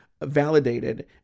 validated